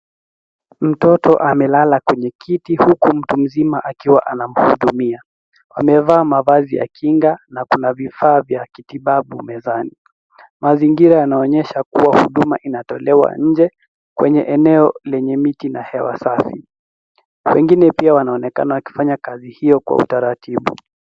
Mtoto amelala kwenye kiti, huku mtu mzima akiwa anamhudumia. Amevaa mavazi ya kinga, na kuna vifaa vya kitibabu mezani. Mazingira yanaonyesha kua huduma inatolewa nje, kwenye eneo lenye miti na hewa safi. Wengine pia wanaonekana wakifanya kazi hio kwa utaratibu.